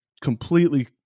completely